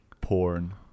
Porn